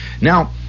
Now